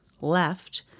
left